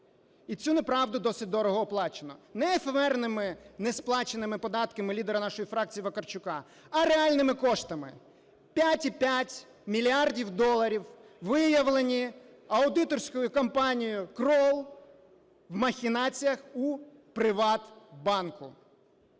І цю неправду досить дорого оплачено, не ефемерними несплаченими податками лідера нашої фракції Вакарчука, а реальними коштами. 5,5 мільярдів доларів виявлені аудиторською компанією Kroll в махінаціях у "ПриватБанку".